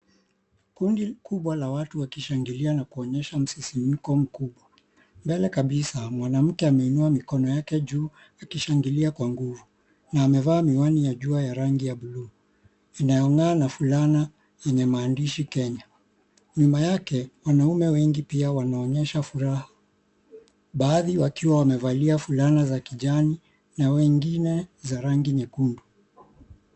Kundi kubwa la watu wakishangilia na kuonyesha msisimko mkubwa. Mbele kabisa mwanamke ameinua mikono yake juu akishangilia kwa nguvu na amevaa miwani ya jua yenye rangi ya blue inayong'aa na fulana yenye maandishi Kenya. Nyuma yake, wanaume wengi pia wanaonyesha furaha. Baadhi wakiwa wamevalia fulana za kijani na wengine za rangi nyekundu.